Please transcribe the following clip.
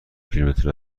کیلومتر